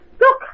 look